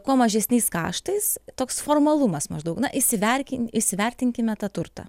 kuo mažesniais kaštais toks formalumas maždaug na įsiverki įsivertinkime tą turtą